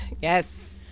Yes